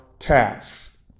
Tasks